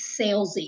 salesy